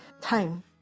time